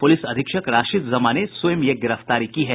police अधीक्षक राशिद जमां ने स्वयं ये गिरफ्तारी की है